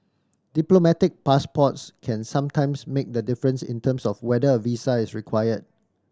diplomatic passports can sometimes make the difference in terms of whether a visa is required